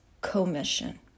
commission